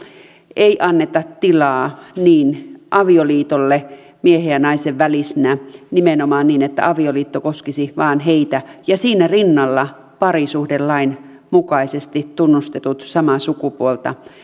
ei anneta tilaa avioliitolle miehen ja naisen välisenä nimenomaan niin että avioliitto koskisi vain heitä ja siinä rinnalla parisuhdelain mukaisesti tunnustetuille samaa sukupuolta